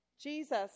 Jesus